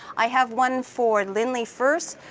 i have one for lindley first,